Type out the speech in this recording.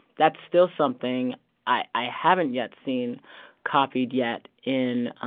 that's still something i haven't yet seen copied yet in